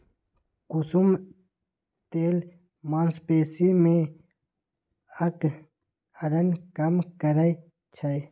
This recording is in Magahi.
कुसुम तेल मांसपेशी के अकड़न कम करई छई